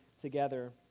together